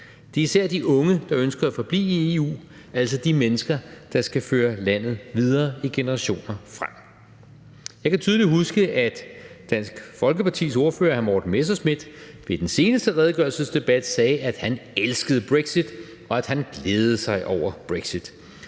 især de unge, der ønsker at forblive i EU, altså de mennesker, der skal føre landet videre i generationer fremover. Jeg kan tydeligt huske, at Dansk Folkepartis ordfører hr. Morten Messerschmidt ved den seneste redegørelsesdebat sagde, at han elskede brexit, og at han glædede sig over brexit.